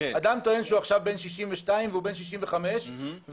אדם טוען שהוא עכשיו בן 62 והוא בן 65 והדבר